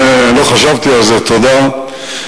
לא חשבתי על זה, תודה.